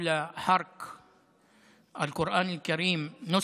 (אומר דברים בשפה הערבית, להלן